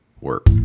work